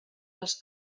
les